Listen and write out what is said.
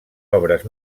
obres